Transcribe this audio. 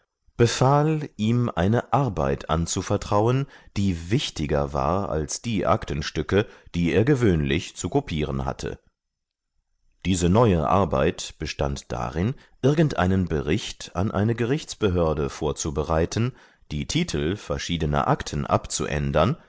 befahl ihm eine arbeit anzuvertrauen die wichtiger war als die aktenstücke die er gewöhnlich zu kopieren hatte diese neue arbeit bestand darin irgendeinen bericht an eine gerichtsbehörde vorzubereiten die titel verschiedener akten abzuändern